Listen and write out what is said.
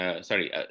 Sorry